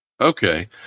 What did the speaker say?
Okay